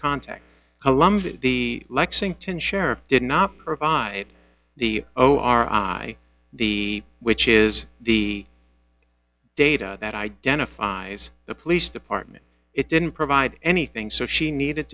colomba the lexington sheriff did not provide the o r i d which is the data that identifies the police department it didn't provide anything so she needed